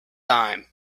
time